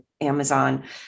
Amazon